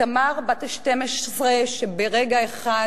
את תמר בת ה-12, שברגע אחד